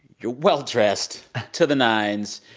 you're well-dressed to the nines.